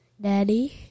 daddy